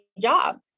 job